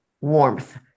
warmth